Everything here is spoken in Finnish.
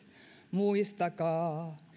muistakaa